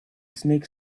snake